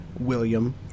William